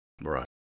right